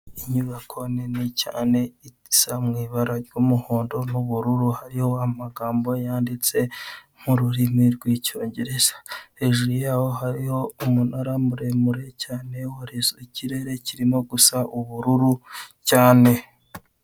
Inyubako nini cyane isa mu ibara ry'umuhondo n'ubururu, hariho amagambo yanditse mu rurimi rw'icyongereza, hejuru yawo hariho umunara muremure cyane, uha rezo ikirere kirimo gusa ubururu cyane.